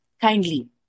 Kindly